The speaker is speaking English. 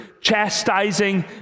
chastising